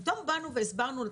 פתאום באנו והסברנו לו,